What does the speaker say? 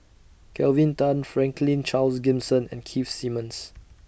Kelvin Tan Franklin Charles Gimson and Keith Simmons